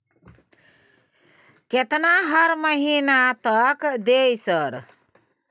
केतना हर महीना तक देबय सर?